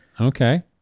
Okay